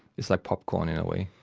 it's like popcorn in a way.